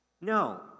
No